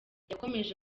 yakomeje